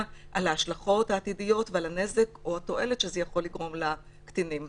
על ההשלכות העתידיות ועל הנזק או התועלת שזה יכול לגרום לקטינים.